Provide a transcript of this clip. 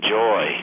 joy